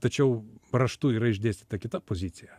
tačiau raštu yra išdėstyta kita pozicija